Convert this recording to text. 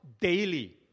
daily